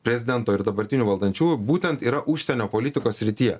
prezidento ir dabartinių valdančiųjų būtent yra užsienio politikos srityje